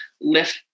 lift